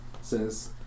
Says